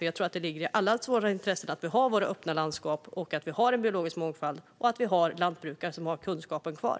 Jag tror att det ligger i allas våra intressen att ha öppna landskap, biologisk mångfald och lantbrukare som har kunskapen kvar.